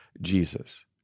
Jesus